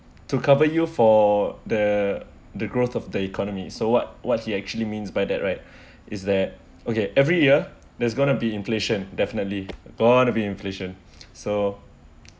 to cover you for the the growth of the economy so what what he actually means by that right is that okay every year there's going to be inflation definitely going to be inflation so